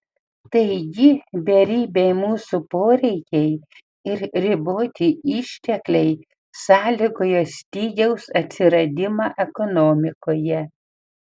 taigi beribiai mūsų poreikiai ir riboti ištekliai sąlygoja stygiaus atsiradimą ekonomikoje